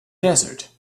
desert